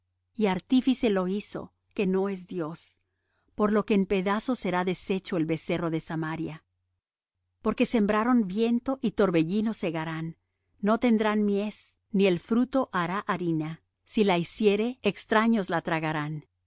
y artífice lo hizo que no es dios por lo que en pedazos será deshecho el becerro de samaria porque sembraron viento y torbellino segarán no tendrán mies ni el fruto hará harina si la hiciere extraños la tragarán